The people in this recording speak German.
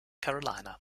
carolina